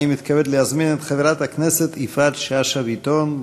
אני מתכבד להזמין את חברת הכנסת יפעת שאשא ביטון.